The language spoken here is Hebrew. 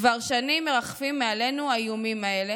כבר שנים מרחפים מעלינו האיומים האלה